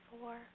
four